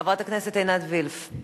חברת הכנסת עינת וילף.